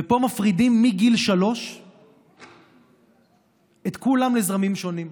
ופה מפרידים מגיל שלוש את כולם לזרמים שונים.